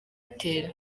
airtel